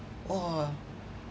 !whoa!